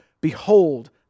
Behold